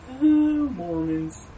Mormons